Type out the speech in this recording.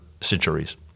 centuries